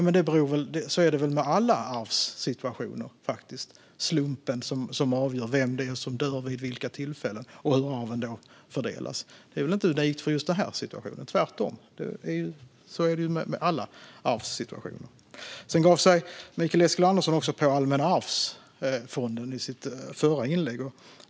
Men så är det väl med alla arvssituationer, alltså att det är slumpen som avgör vilka som dör och vid vilka tillfällen och hur arven då fördelas? Det är väl inte unikt för just denna situation? Tvärtom är det så med alla arvssituationer. Sedan gav sig Mikael Eskilandersson också på Allmänna arvsfonden i sitt förra inlägg.